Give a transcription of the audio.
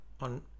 on